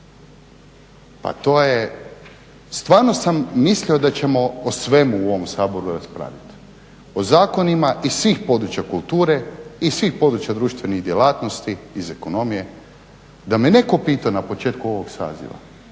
Pa to je, stvarno sam mislio da ćemo o svemu u ovom Saboru raspravljati, o zakonima iz svih područja kulture i svih područja društvenih djelatnosti iz ekonomije. Da me netko pitao na početku ovog saziva